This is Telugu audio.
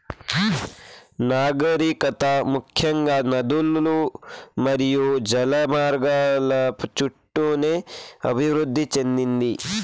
నాగరికత ముఖ్యంగా నదులు మరియు జల మార్గాల చుట్టూనే అభివృద్ది చెందింది